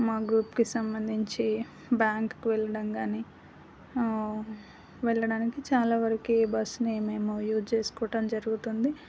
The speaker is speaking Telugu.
మా గ్రూప్కి సంబంధించి బ్యాంకుకి వెళ్ళడం కానీ వెళ్ళడానికి చాలా వరకి బస్ని మేము యూజ్ చేసుకోవటం జరుగుతుంది